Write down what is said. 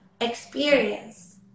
experience